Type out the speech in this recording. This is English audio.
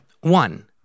One